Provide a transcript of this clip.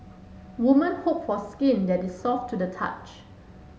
woman hope for skin that is soft to the touch